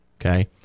okay